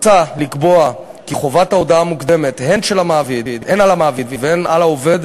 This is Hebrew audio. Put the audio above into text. מוצע לקבוע כי חובת ההודעה המוקדמת הן על המעביד והן על העובד